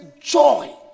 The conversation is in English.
joy